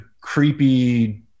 creepy